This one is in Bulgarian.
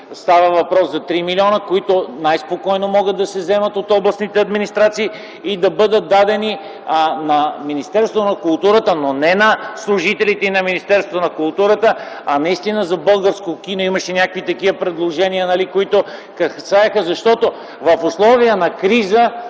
става въпрос за 3 млн. лв., които най-спокойно могат да се вземат от областните администрации и да бъдат дадени на Министерството на културата. Но не на служителите на Министерство на културата, а наистина за българско кино. Имаше такива предложения. Защото в условия на криза